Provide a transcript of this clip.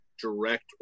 direct